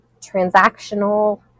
transactional